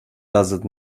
doesn’t